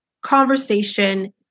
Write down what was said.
conversation